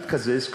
התקזז,